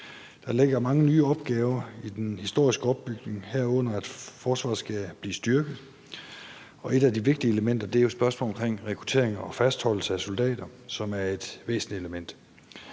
Der ligger mange nye opgaver i den historiske opbygning, herunder at forsvaret skal blive styrket. Et af de vigtige elementer er spørgsmål om rekruttering og fastholdelse af soldater, som er et væsentligt element.